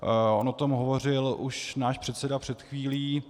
On o tom hovořil už náš předseda před chvílí.